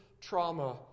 trauma